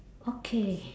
okay